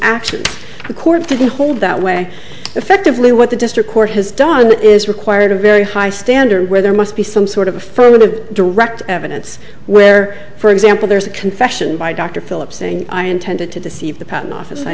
actions the court to hold that way effectively what the district court has done is required a very high standard where there must be some sort of affirmative direct evidence where for example there's a confession by dr philip saying i intended to deceive the patent office i